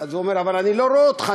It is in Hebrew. והוא אומר: אבל אני לא רואה אותך,